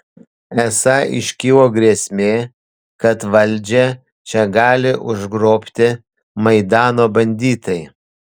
esą iškilo grėsmė kad valdžią čia gali užgrobti maidano banditai